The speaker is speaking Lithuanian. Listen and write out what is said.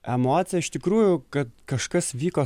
emocija iš tikrųjų kad kažkas vyko